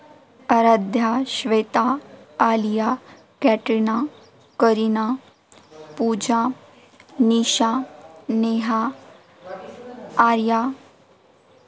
Aaradhya Shweta Alia Katrina Kareena Pooja Nisha Neha Arya